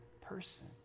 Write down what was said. person